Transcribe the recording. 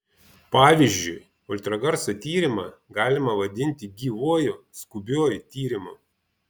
pavyzdžiui ultragarso tyrimą galima vadinti gyvuoju skubiuoju tyrimu